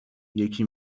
یکی